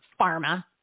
pharma